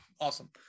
Awesome